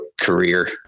career